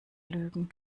lügen